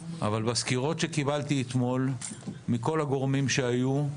אבל בסקירות שקיבלתי אתמול מכל הגורמים שהיו,